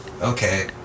Okay